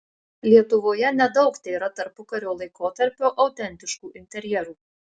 lietuvoje nedaug tėra tarpukario laikotarpio autentiškų interjerų